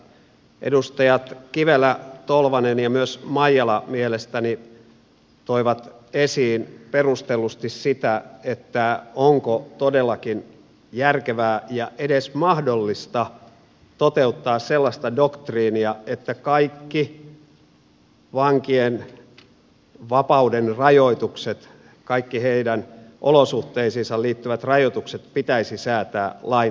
edustajat kivelä tolvanen ja myös maijala mielestäni toivat esiin perustellusti sitä onko todellakin järkevää ja edes mahdollista toteuttaa sellaista doktriinia että kaikki vankien vapaudenrajoitukset kaikki heidän olosuhteisiinsa liittyvät rajoitukset pitäisi säätää lain tasolla